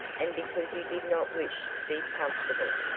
and because he did not wish to be comfortable.